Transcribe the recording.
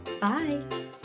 Bye